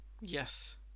yes